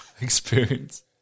Experience